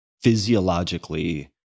physiologically